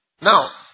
now